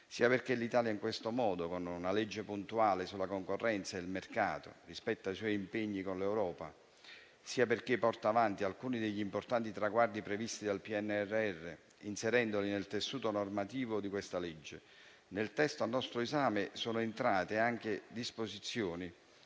sia perché l'Italia, in questo modo, con una legge puntuale sulla concorrenza e il mercato rispetta i suoi impegni con l'Europa, sia perché porta avanti alcuni degli importanti traguardi previsti dal PNRR, inserendoli nel tessuto normativo di questa legge. Nel testo a nostro esame sono entrate anche disposizioni